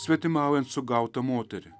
svetimaujant sugautą moterį